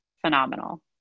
Phenomenal